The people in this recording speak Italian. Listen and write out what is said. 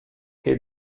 che